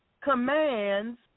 commands